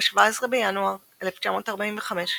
ב-17 בינואר 1945,